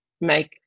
make